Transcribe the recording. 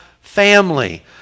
family